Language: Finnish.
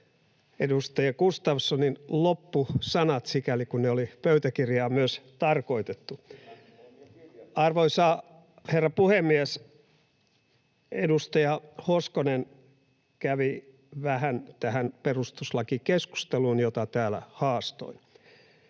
edustaja Gustafssonin loppusanat, sikäli kuin ne oli pöytäkirjaan myös tarkoitettu. Arvoisa herra puhemies! Edustaja Hoskonen kävi vähän tähän perustuslakikeskusteluun, jota täällä haastoin